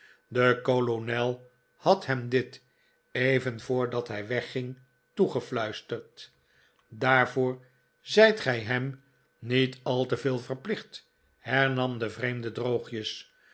de kolonel had hem dit even voordat hij wegging toegefluisterd daarvoor zijt gij hem niet al te veel verplicht hernam de vreemde droogjes